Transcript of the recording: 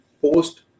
post